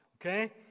okay